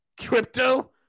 Crypto